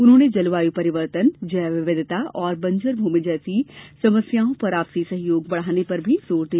उन्होंने जलवायु परिवर्तन जैव विविधता और बंजर भूमि जैसी समस्याओं पर आपसी सहयोग बढ़ाने पर भी जोर दिया